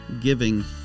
giving